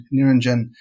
Niranjan